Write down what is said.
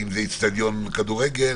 אם זה אצטדיון כדורגל,